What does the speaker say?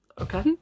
Okay